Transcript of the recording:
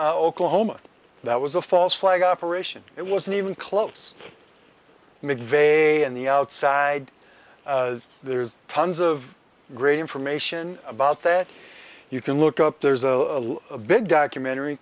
for oklahoma that was a false flag operation it wasn't even close mcveigh and the outside there's tons of great information about that you can look up there's a big documentary